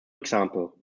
example